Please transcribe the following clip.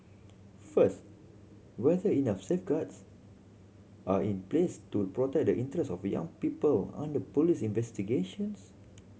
first whether enough safeguards are in place to protect the interest of young people under police investigations